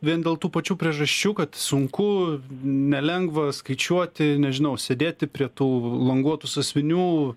vien dėl tų pačių priežasčių kad sunku nelengva skaičiuoti nežinau sėdėti prie tų languotų sąsiuvinių